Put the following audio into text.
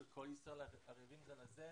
שכל ישראל ערבים זה לזה.